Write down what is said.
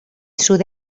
sud